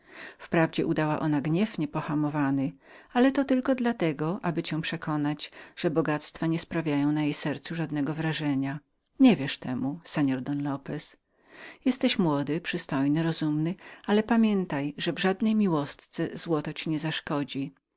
wprawdzie udała ona gniew niepohamowany ale to tylko dla tego aby cię przekonać że bogactwa nie sprawiają na jej sercu żadnego wrażenia nie wierz temu seor don lopez jesteś młody przystojny masz rozum ale pamiętaj że w każdej twojej miłostce złoto ci nie zaszkodzi